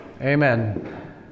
Amen